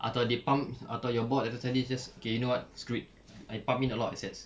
atau they pump atau your board just okay you know what screw it I pump in a lot of assets